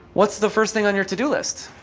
what's the first thing on your to-do list?